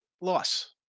loss